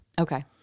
Okay